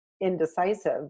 indecisive